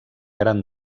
gran